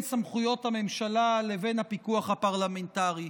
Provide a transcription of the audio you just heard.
סמכויות הממשלה לבין הפיקוח הפרלמנטרי.